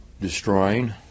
destroying